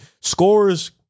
scores